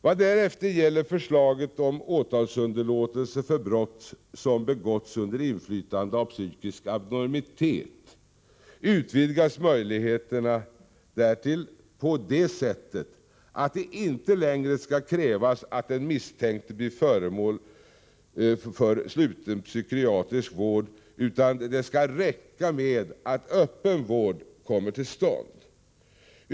Vad därefter gäller förslaget om åtalsunderlåtelse för brott som begåtts under inflytande av psykisk abnormitet utvidgas möjligheterna därtill på det sättet att det inte längre skall krävas att den misstänkte blir föremål för sluten psykiatrisk vård utan att det skall räcka med att öppen vård kommer till stånd.